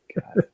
god